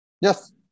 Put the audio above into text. Yes